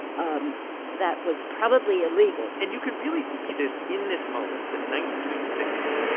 um that was probably illegal and you can really see this in this moment, the nineteen sixty s.